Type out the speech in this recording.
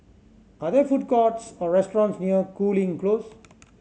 are there food courts or restaurants near Cooling Close